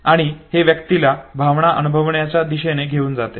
आणि हे व्यक्तीला भावना अनुभवण्याच्या दिशेने घेऊन जाते